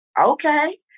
Okay